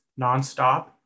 nonstop